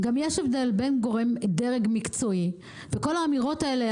גם יש הבדל בין דרג מקצועי וכל האמירות האלה,